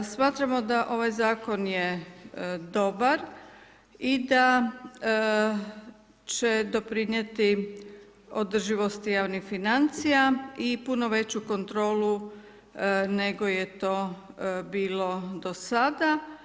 Smatramo da ovaj Zakon je dobar i da će doprinijeti održivosti javnih financija i puno veću kontrolu nego je to bilo do sada.